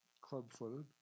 club-footed